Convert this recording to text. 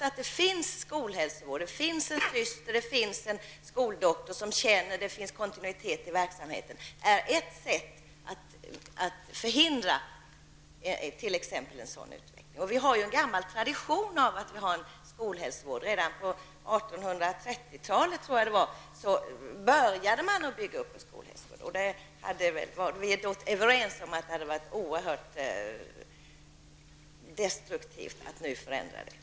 När det finns skolhälsovård, en sjuksyster och en skoldoktor som känner barnen och svarar för en kontinuitet i verksamheten bidrar det till att hindra en sådan här utveckling. Vi har ju en gammal tradition på skolhälsovårdens område. Jag tror att man redan på 1830-talet började bygga upp en skolhälsovård. Vi är överens om att det hade varit oerhört destruktivt att nu ta bort denna.